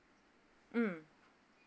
mm